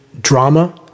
drama